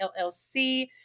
LLC